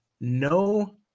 no